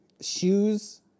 Shoes